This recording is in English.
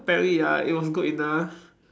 apparently ya it was good enough